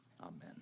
Amen